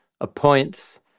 appoints